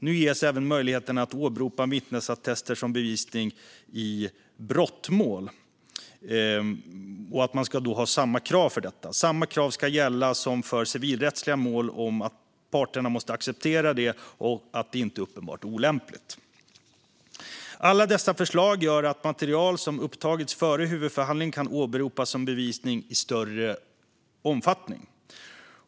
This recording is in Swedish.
Nu ges även möjligheten att åberopa vittnesattester som bevisning i brottmål. Man ska då ha samma krav för detta. Samma krav ska gälla som för civilrättsliga mål om att parterna måste acceptera det och att det inte är uppenbart olämpligt. Alla dessa förslag gör att material som upptagits före huvudförhandling kan åberopas som bevisning i större omfattning.